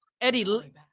Eddie